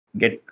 get